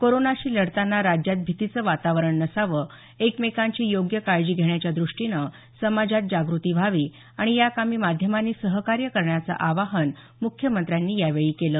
कोरोनाशी लढताना राज्यात भीतीचं वातावरण नसावं एकमेकांची योग्य काळजी घेण्याच्या द्रष्टीने समाजात जागृती व्हावी आणि या कामी माध्यमांनी सहकार्य करण्याचं आवाहन मुख्यमंत्र्यांनी यावेळी केलं